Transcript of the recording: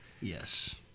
Yes